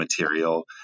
material